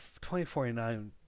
2049